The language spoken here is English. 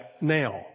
now